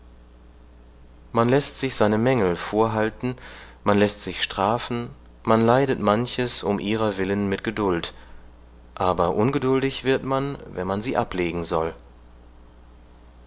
man läßt sich seine mängel vorhalten man läßt sich strafen man leidet manches um ihrer willen mit geduld aber ungeduldig wird man wenn man sie ablegen soll